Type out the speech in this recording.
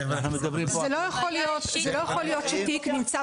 סליחה, זה לא יכול להיות שתיק נמצא